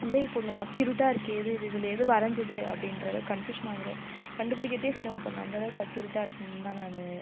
சந்தேகப்படணும் அக்யூரேட்டா இருக்கே இது இது இதில் எது வரைஞ்சது அப்படின்றளவு கன்ஃப்யூஷன் ஆகற கண்டுப் பிடிக்கிறதே சிரமப்படணும் அந்த அளவுக்கு அக்யூரேட்டா இருக்கனுந்தான் நான்